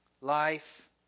life